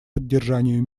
поддержанию